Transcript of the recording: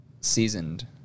seasoned